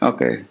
Okay